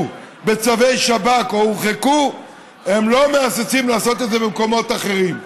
בצווי שב"כ או הורחקו לא מהססים לעשות את זה במקומות אחרים.